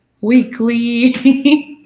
weekly